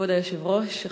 כבוד היושב-ראש,